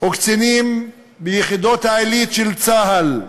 וקצינים ביחידות העילית של צה"ל,